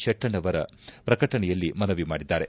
ಶೆಟ್ಟಣ್ಣವರ ಪ್ರಕಟಣೆಯಲ್ಲಿ ಮನವಿ ಮಾಡಿದ್ದಾರೆ